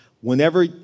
Whenever